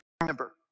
remember